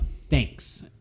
thanks